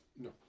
No